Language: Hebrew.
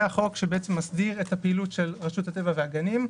זה החוק שמסדיר את הפעילות של רשות הטבע והגנים.